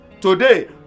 Today